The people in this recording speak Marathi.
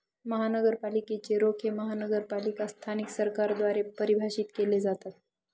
महानगरपालिकेच रोखे महानगरपालिका स्थानिक सरकारद्वारे परिभाषित केले जातात